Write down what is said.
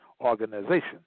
organization